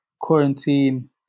quarantine